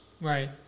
Right